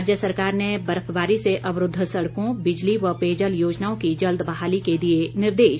राज्य सरकार ने बर्फबारी से अवरूद्व सड़कों बिजली व पेयजल योजनाओं की जल्द बहाली के दिए निर्देश